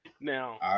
Now